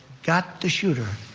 got the shooter.